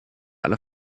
eine